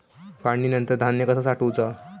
काढणीनंतर धान्य कसा साठवुचा?